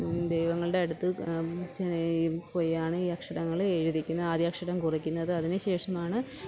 ദൈവങ്ങളുടെ അടുത്ത് പോയാണ് ഈ അക്ഷരങ്ങൾ എഴുതിക്കുന്നത് ആദ്യാക്ഷരം കുറിക്കുന്നത് അതിനുശേഷം ആണ്